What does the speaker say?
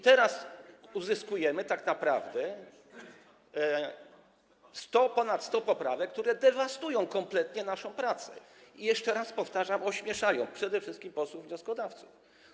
Teraz uzyskujemy tak naprawdę ponad 100 poprawek, które kompletnie dewastują naszą pracę i - jeszcze raz powtarzam - ośmieszają przede wszystkim posłów wnioskodawców.